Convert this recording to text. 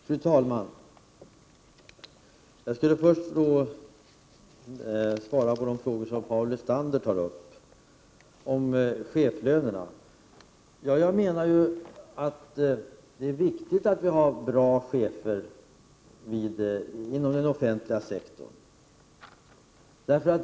Fru talman! Jag vill först svara på Paul Lestanders frågor om chefslönerna. Jag menar att det är viktigt att ha bra chefer inom den offentliga sektorn.